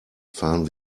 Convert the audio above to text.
fahren